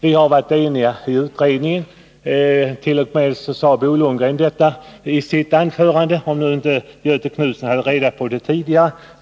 Vi har varit eniga i utredningen — t.o.m. Bo Lundgren sade detta i sitt anförande, om nu inte Göthe Knutson hade reda på det tidigare.